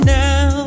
now